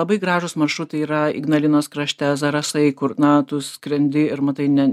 labai gražūs maršrutai yra ignalinos krašte zarasai kur na tu skrendi ir matai ne